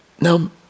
Now